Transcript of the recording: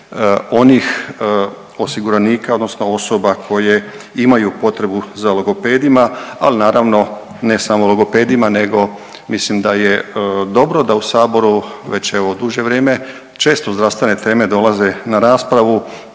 onih osiguranika odnosno osoba koje imaju potrebu za logopedima, ali naravno, ne samo i logopedima nego, mislim da je dobro da u Saboru, već evo, duže vrijeme, često zdravstvene teme dolaze na raspravu